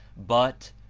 but,